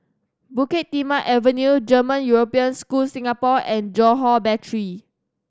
Bukit Timah Avenue German European School Singapore and Johore Battery